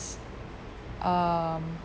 um